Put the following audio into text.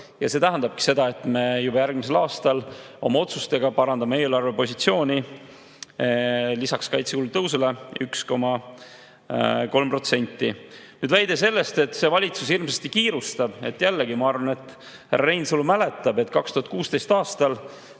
See tähendabki seda, et me juba järgmisel aastal oma otsustega parandame eelarvepositsiooni lisaks kaitsekulude tõusule 1,3%. Nüüd väide sellest, et see valitsus hirmsasti kiirustab. Jällegi, ma arvan, härra Reinsalu mäletab, et 2016. aastal